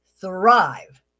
thrive